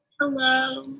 hello